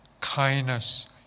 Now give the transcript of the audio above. kindness